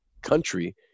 country